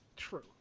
True